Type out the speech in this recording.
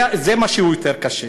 זה מה שיותר קשה.